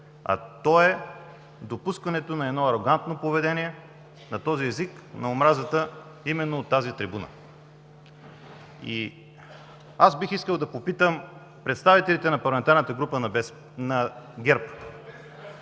Той е допускането на арогантно поведение, на език на омразата от тази трибуна. Бих искал да попитам представителите на парламентарната група на ГЕРБ,